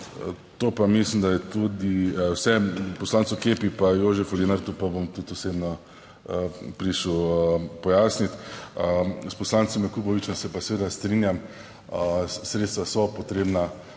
To pa mislim, da je tudi vse. Poslancu Kepi pa Jožefu Lenartu pa bom tudi osebno prišel pojasnit. S poslancem Jakopovičem se pa seveda strinjam, sredstva so potrebna